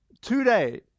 today